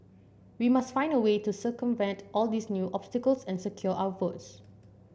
we must find a way to circumvent all these new obstacles and secure our votes